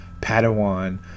Padawan